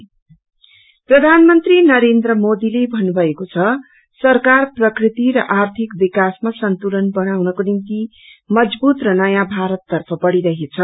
disease control प्रधानमंत्री नरेन्द्र मोदीले भन्नुभएको छ सरकार प्रकृति र आर्थिक विकासमा सन्तुलन बनाउनको निम्ति मजबूत र नयाँ भारत तर्फ बढ़िरहेछ